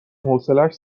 حوصلش